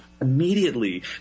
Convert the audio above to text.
immediately